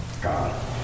God